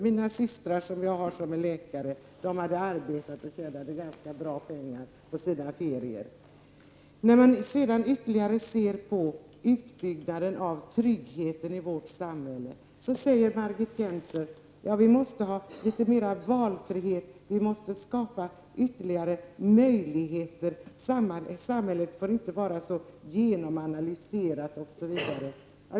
Mina systrar som är läkare arbetade och tjänade ganska bra med pengar på sina ferier. När det gäller utbyggnaden av tryggheten i vårt samhälle säger Margit Gennser att det måste bli mera valfrihet och att det måste skapas ytterligare möjligheter. Samhället får inte vara så genomanalyserat osv.